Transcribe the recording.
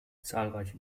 zahlreiche